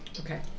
Okay